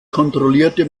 kontrollierte